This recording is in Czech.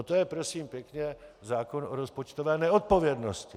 To je, prosím pěkně, zákon o rozpočtové neodpovědnosti.